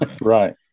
right